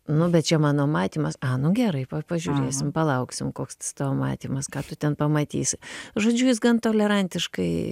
nu bet čia mano matymas a nu gerai pažiūrėsim palauksim koks tas tavo matymas ką tu ten pamatysi žodžiu jis gan tolerantiškai